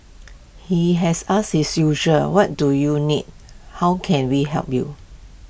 he has asked his usual what do you need how can we help you